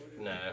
No